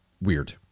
weird